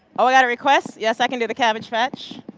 ah i got a request? yes, i can do the cabbage patch.